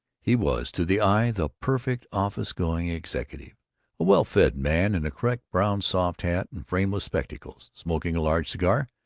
he was, to the eye, the perfect office-going executive a well-fed man in a correct brown soft hat and frameless spectacles, smoking a large cigar,